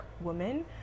woman